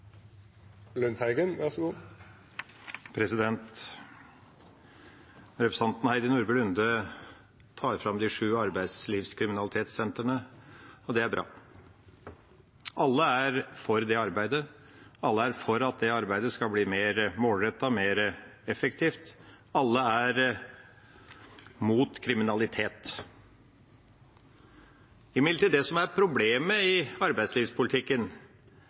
bra. Alle er for det arbeidet, alle er for at det arbeidet skal bli mer målrettet og mer effektivt, alle er imot kriminalitet. Det som imidlertid er problemet i arbeidslivspolitikken,